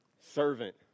Servant